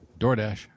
DoorDash